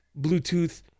Bluetooth